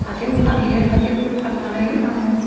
हाथायाव फानहैयो हाथायनिफ्राय फाननानै आङो